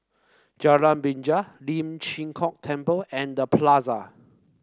Jalan Binjai Lian Chee Kek Temple and The Plaza